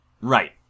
Right